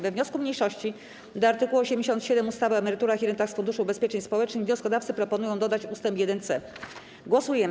We wniosku mniejszości do art. 87 ustawy o emeryturach i rentach z Funduszu Ubezpieczeń Społecznych wnioskodawcy proponują dodać ust. 1c. Głosujemy.